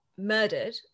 murdered